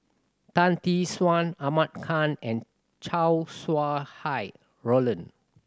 Tan Tee Suan Ahmad Khan and Chow Sau Hai Roland